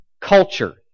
culture